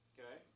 Okay